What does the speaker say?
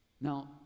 now